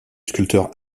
sculpteur